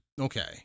Okay